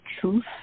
truth